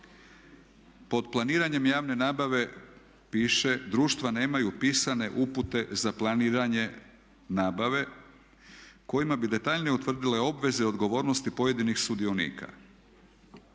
Pod planiranjem javne nabave piše, društva nemaju pisane upute za planiranje nabave kojima bi detaljnije utvrdile obveze i odgovornosti pojedinih sudionika.